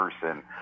person